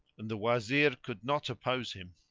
and the wazir could not oppose him.